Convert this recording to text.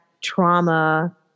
trauma